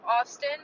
Austin